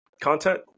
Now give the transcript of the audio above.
content